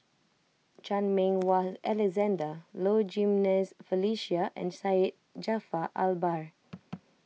Chan Meng Wah Alexander Low Jimenez Felicia and Syed Jaafar Albar